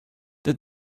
did